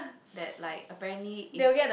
that like apparently if